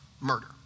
murder